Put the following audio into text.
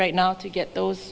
right now to get those